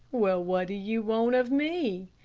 well, what do you want of me?